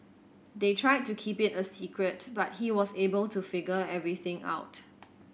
they tried to keep it a secret but he was able to figure everything out